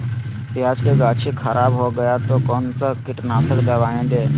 प्याज की गाछी खराब हो गया तो कौन सा कीटनाशक दवाएं दे?